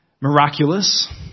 miraculous